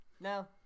No